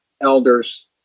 elders